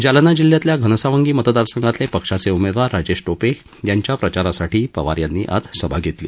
जालना जिल्ह्यातल्या घनसावंगी मतदारसंघातले पक्षाचे उमेदवार राजेश टोपे यांच्या प्रचारासाठीही पवीर यांनी आज सभा घेतली